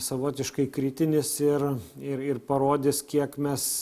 savotiškai kritinis ir ir ir parodys kiek mes